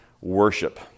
worship